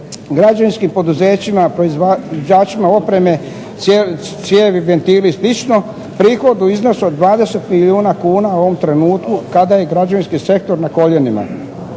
građevinskim poduzećima, proizvođačima opreme, cijevi, ventili i slično, prihod u iznosu od 20 milijuna kuna u ovom trenutku kada je građevinski sektor na koljenima.